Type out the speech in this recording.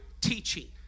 teaching